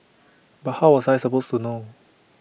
but how was I supposed to know